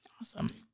Awesome